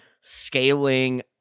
scaling